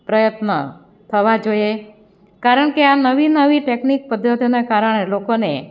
પ્રયત્ન થવા જોઈએ કારણ કે આ નવી નવી ટેકનિક પદ્ધતિઓના કારણે લોકોને